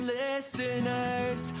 listeners